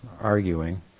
arguing